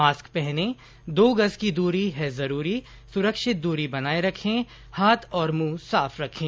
mask पहनें दो गज की दूरी है जरूरी सुरक्षित दूरी बनाए रखें हाथ और मुंह साफ रखें